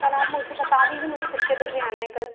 कल आप मुझे बता दीजिए मुझे कितने बजे आना है कल